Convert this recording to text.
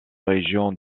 région